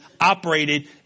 operated